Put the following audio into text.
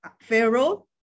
Pharaoh